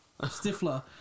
Stifler